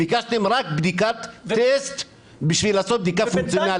ביקשתם רק בדיקת טסט בשביל לעשות בדיקה פונקציונאלית.